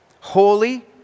holy